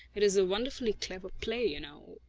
it is a wonderfully clever play, you know.